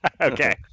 Okay